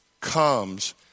comes